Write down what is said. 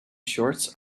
shorts